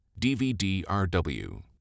DVD-RW